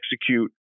execute